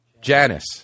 Janice